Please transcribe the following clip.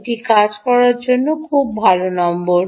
এটি কাজ করার জন্য খুব ভাল নম্বর